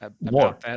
more